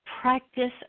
practice